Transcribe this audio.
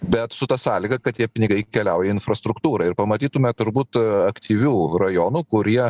bet su ta sąlyga kad tie pinigai keliauja į infrastruktūrą ir pamatytume turbūt aktyvių rajonų kurie